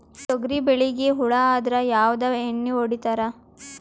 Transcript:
ತೊಗರಿಬೇಳಿಗಿ ಹುಳ ಆದರ ಯಾವದ ಎಣ್ಣಿ ಹೊಡಿತ್ತಾರ?